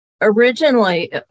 Originally